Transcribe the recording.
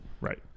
right